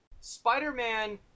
Spider-Man